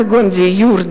כגון דיור,